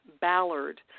Ballard